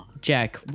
Jack